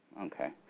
Okay